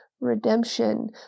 redemption